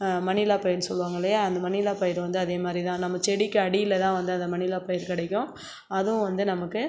மணிலா பயிர்னு சொல்வாங்கல்லையா அந்த மணிலா பயிர் வந்து அதேமாதிரி தான் நம்ம செடிக்கு அடியில் தான் வந்து அதை மணிலா பயிர் கிடைக்கும் அதுவும் வந்து நமக்கு